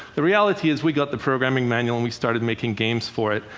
the reality is we got the programming manual and we started making games for it.